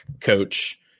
coach